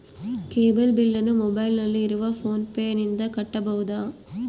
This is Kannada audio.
ಕೇಬಲ್ ಬಿಲ್ಲನ್ನು ಮೊಬೈಲಿನಲ್ಲಿ ಇರುವ ಫೋನ್ ಪೇನಿಂದ ಕಟ್ಟಬಹುದಾ?